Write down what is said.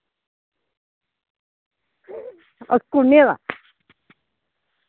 कु'ने दा